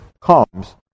comes